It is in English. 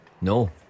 No